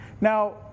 Now